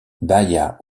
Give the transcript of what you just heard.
bahia